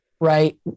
right